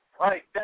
right